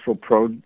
pro